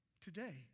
Today